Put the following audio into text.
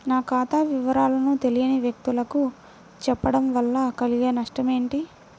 నా ఖాతా వివరాలను తెలియని వ్యక్తులకు చెప్పడం వల్ల కలిగే నష్టమేంటి?